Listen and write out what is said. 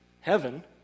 heaven